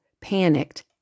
panicked